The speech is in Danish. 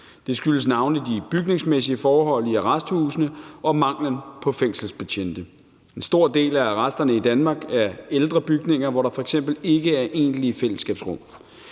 Det skyldes navnlig de bygningsmæssige forhold i arresthusene og manglen på fængselsbetjente. En stor del af arresterne i Danmark er ældre bygninger, hvor der f.eks. ikke er egentlige fællesskabsrum.